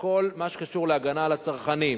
בכל מה שקשור להגנה על הצרכנים,